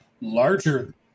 larger